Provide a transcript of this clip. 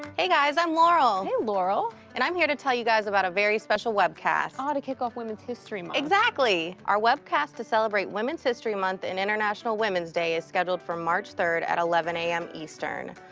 hey guys, i'm laurel. hey laurel. and i'm here to tell you guys about a very special webcast. ah, to kick off women's history month! exactly. our webcast to celebrate women's history month and international women's day is scheduled for march third at eleven am eastern.